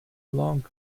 long